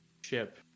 ship